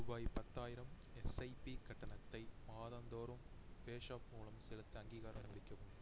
ரூபாய் பத்தாயிரம் எஸ்ஐபி கட்டணத்தை மாதந்தோறும் பேஸாப் மூலம் செலுத்த அங்கீகாரம் அளிக்கவும்